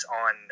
on